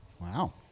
Wow